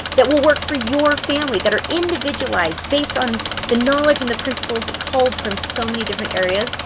that will work for your family, that are individualized based on the knowledge and the principles culled from so many different areas.